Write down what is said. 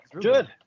good